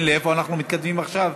לאיפה אנחנו מתקדמים עכשיו?